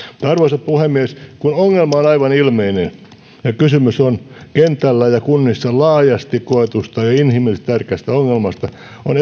arvoisa puhemies kun ongelma on aivan ilmeinen ja kysymys on kentällä ja kunnissa laajasti koetusta ja inhimillisesti tärkeästä ongelmasta on